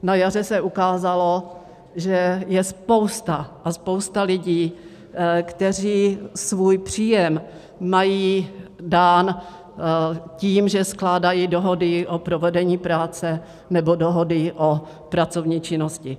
Na jaře se ukázalo, že je spousta a spousta lidí, kteří svůj příjem mají dán tím, že skládají dohody o provedení práce nebo dohody o pracovní činnosti.